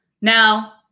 Now